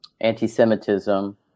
anti-semitism